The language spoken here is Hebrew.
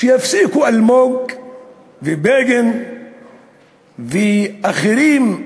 שיפסיקו אלמוג ובגין ואחרים,